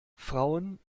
frauen